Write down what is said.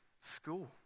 school